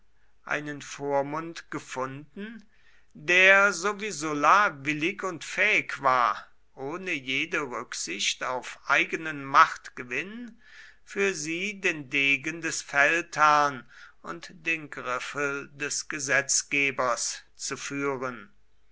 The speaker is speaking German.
einen vormund gefunden der so wie sulla willig und fähig war ohne jede rücksicht auf eigenen machtgewinn für sie den degen des feldherrn und den griffel des gesetzgebers zu führen